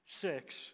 six